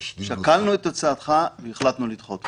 שקלנו את הצעתך והחלטנו לדחות אותה.